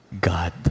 God